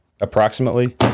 approximately